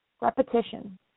Repetition